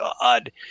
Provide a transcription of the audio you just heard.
God